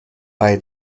bei